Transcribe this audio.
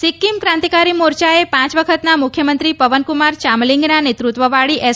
સિક્કિમ ક્રાંતિકારી મોર્ચાએ પાંચ વખતના મુખ્યમંત્રી પવનકુમાર ચામલિંગના નેતત્વવાળી એસ